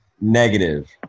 negative